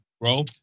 Bro